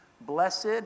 Blessed